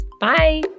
bye